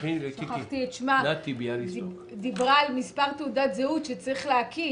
שכחתי את שמה דיברה על מספר תעודת זהות שצריך להקיש.